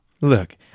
Look